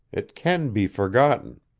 it can be forgotten.